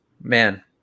man